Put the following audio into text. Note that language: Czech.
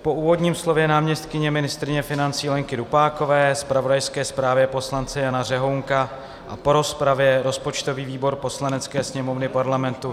Po úvodním slově náměstkyně ministryně financí Lenky Dupákové, zpravodajské zprávě poslance Jana Řehounka a po rozpravě rozpočtový výbor Poslanecké sněmovny Parlamentu